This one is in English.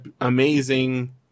amazing